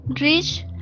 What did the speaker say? rich